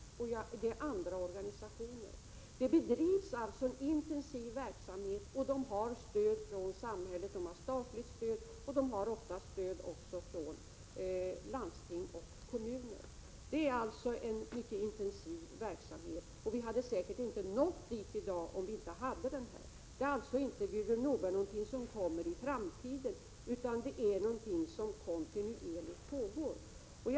Även andra organisationer bidrar. Dessa organisationer har stöd från samhället. De har statligt stöd och de har ofta stöd även från landsting och kommun. Det förekommer alltså en mycket intensiv verksamhet, och vi hade säkert inte nått så långt i dag om vi inte hade haft denna verksamhet. Det är inte fråga om någonting som kommer i framtiden, utan det är någonting som kontinuerligt pågår.